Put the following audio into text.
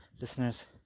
listeners